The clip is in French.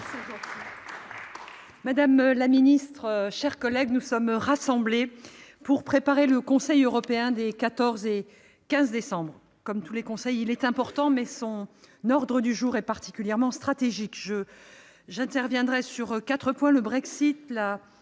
madame la ministre, mes chers collègues, nous sommes rassemblés pour préparer le Conseil européen des 14 et 15 décembre. Comme à chaque fois, sa réunion est importante, mais l'ordre du jour du moment est particulièrement stratégique. J'interviendrai donc sur quatre points : le Brexit, la